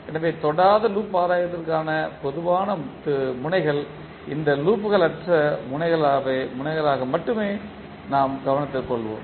எனவே தொடாத லூப் ஆதாயத்திற்கான பொதுவான முனைகள் இல்லாத லூப்கள் அற்ற முனைகளை மட்டுமே நாம் கவனத்தில் கொள்வோம்